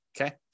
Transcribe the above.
okay